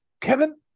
Kevin